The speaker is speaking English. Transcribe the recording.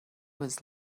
was